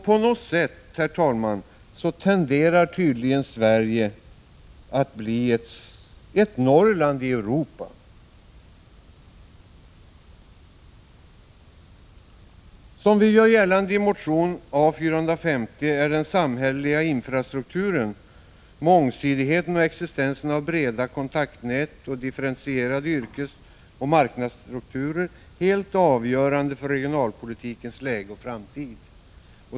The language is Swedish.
På något sätt tenderar tydligen Sverige att bli ett Norrland i Europa! Som vi gör gällande i motion A450 är den samhälleliga infrastrukturen, mångsidigheten och existensen av breda kontaktnät och differentierade yrkesoch marknadsstrukturer helt avgörande för regionalpolitikens läge och framtid.